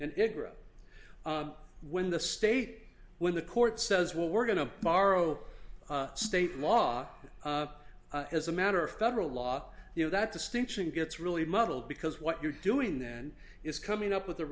and it grows when the state when the court says well we're going to borrow state law as a matter of federal law you know that distinction gets really muddled because what you're doing then is coming up with